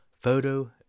photo